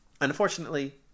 unfortunately